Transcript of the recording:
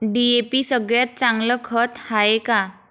DAP सगळ्यात चांगलं खत हाये का?